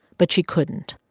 but she couldn't.